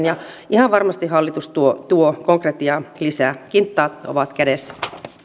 ja ihan varmasti hallitus tuo tuo konkretiaa lisää kintaat ovat kädessä